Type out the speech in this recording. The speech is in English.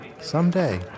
Someday